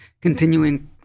continuing